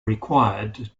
required